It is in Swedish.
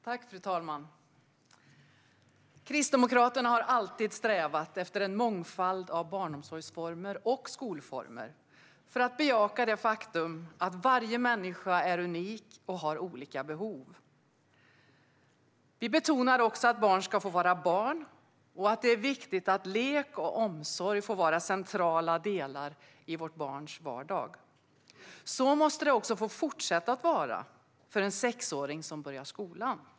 Fru talman! Kristdemokraterna har alltid strävat efter en mångfald av barnomsorgsformer och skolformer för att bejaka det faktum att varje människa är unik och har olika behov. Vi betonar också att barn ska få vara barn och att det är viktigt att lek och omsorg får vara centrala delar i vårt barns vardag. Så måste det också få fortsätta vara även för en sexåring som börjar skolan.